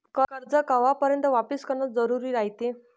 कर्ज कवापर्यंत वापिस करन जरुरी रायते?